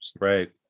right